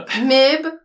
Mib